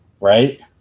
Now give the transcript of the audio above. right